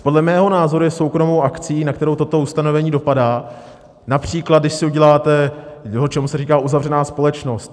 Podle mého názoru je soukromou akcí, na kterou toto ustanovení dopadá, například když si uděláte něco, čemu se říká uzavřená společnost.